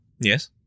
Yes